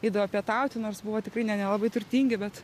eidavo pietauti nors buvo tikrai ne ne nelabai turtingi bet